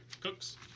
Cooks